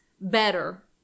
better